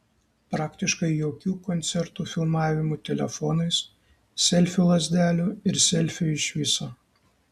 praktiškai jokių koncertų filmavimų telefonais selfių lazdelių ir selfių iš viso